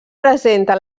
presenta